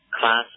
class